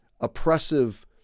oppressive